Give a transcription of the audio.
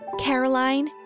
Caroline